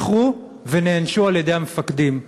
איחרו ונענשו על-ידי המפקדים,